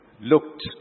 looked